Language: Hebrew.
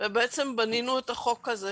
למרות שהם קוראים לעצמם תוכנית שיקום זמנית.